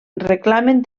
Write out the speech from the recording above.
reclamen